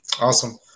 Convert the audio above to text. Awesome